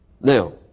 Now